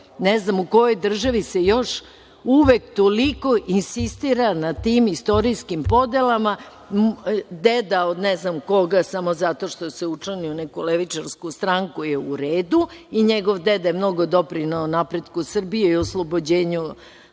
znam u kojoj državi se još uvek toliko insistira na tim istorijskim podelama. Deda od ne znam koga, samo zato što se učlanio u neku levičarsku stranku, je u redu i njegov deda je mnogo doprineo napretku Srbije i oslobođenju